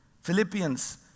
Philippians